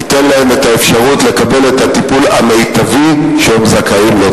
הוא ייתן להם את האפשרות לקבל את הטיפול המיטבי שהם זכאים לו.